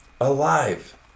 alive